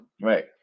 Right